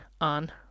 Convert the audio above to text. on